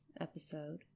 episode